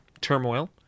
turmoil